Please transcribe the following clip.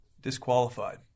disqualified